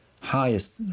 highest